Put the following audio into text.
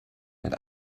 mit